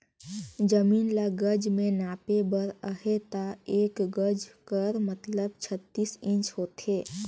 जमीन ल गज में नापे बर अहे ता एक गज कर मतलब छत्तीस इंच होथे